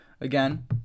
Again